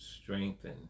strengthen